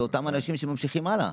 זה אותם אנשים שממשיכים הלאה.